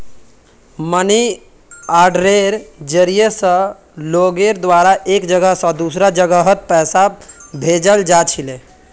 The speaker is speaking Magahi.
मनी आर्डरेर जरिया स लोगेर द्वारा एक जगह स दूसरा जगहत पैसा भेजाल जा छिले